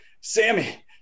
Sammy